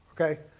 okay